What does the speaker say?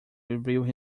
revealed